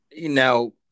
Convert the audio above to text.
Now